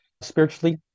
spiritually